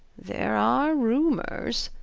there are rumours,